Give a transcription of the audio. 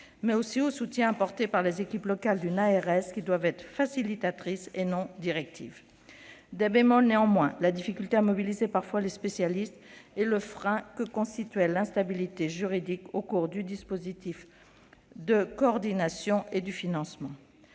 mais aussi au soutien apporté par les équipes locales de l'ARS, qui doivent être facilitatrices et non directives. Des bémols, néanmoins : la difficulté, parfois, à mobiliser les spécialistes, et le frein que constituait l'instabilité juridique entourant le dispositif de coordination et son financement.